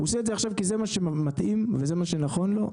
הוא עושה את זה עכשיו כי זה מה שמתאים וזה מה שנכון לו,